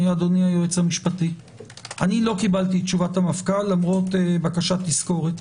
לא קיבלתי תשובה מהמפכ"ל, למרות בקשת תזכורת.